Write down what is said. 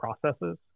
processes